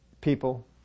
people